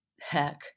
Heck